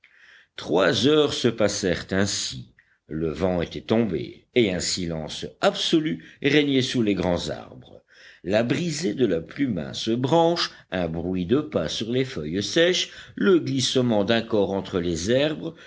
trois heures se passèrent ainsi le vent était tombé et un silence absolu régnait sous les grands arbres la brisée de la plus mince branche un bruit de pas sur les feuilles sèches le glissement d'un corps entre les herbes